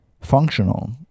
functional